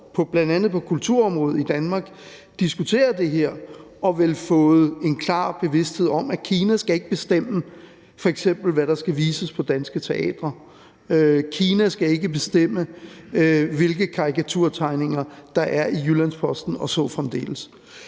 bl.a. kulturområdet i Danmark diskuteret det her og vel fået en klar bevidsthed om, at Kina ikke skal bestemme, hvad der f.eks. skal vises på danske teatre. Kina skal ikke bestemme, hvilke karikaturtegninger der er trykkes Jyllands-Posten, og så fremdeles.